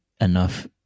enough